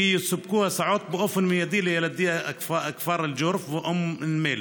כי יסופקו הסעות באופן מיידי לילדי הכפר אלג'רף ואום נמילה.